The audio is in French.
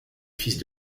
fils